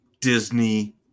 Disney